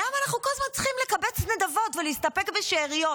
למה אנחנו כל הזמן צריכים לקבץ נדבות ולהסתפק בשאריות,